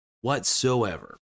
whatsoever